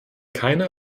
keine